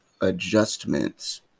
adjustments